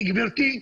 גבירתי,